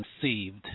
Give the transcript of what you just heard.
conceived